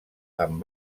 amb